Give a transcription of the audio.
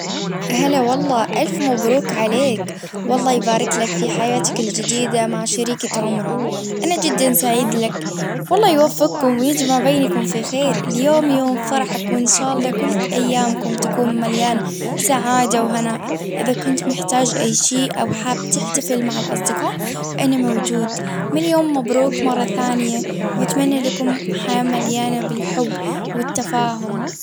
هلا والله ألف مبروك عليك والله يبارك لك في حياتك الجديدة مع شريكة عمرك، أنا جدا سعيد لك، والله يوفقكم ويجمع بينكم في خير يوم- يوم فرحك، وإن شاء الله كل أيامكم تكون مليانة سعادة وهناء، إذا كنت محتاج أي شيء أو حاب تحتفل مع الأصدقاء أنا موجود، مليون مبروك مرة ثانية، وأتمنى لكم حياة مليانة بالحب والتفاهم.